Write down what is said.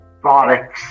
bollocks